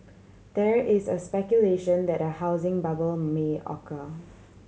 there is a speculation that a housing bubble may occur